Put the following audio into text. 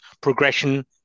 Progression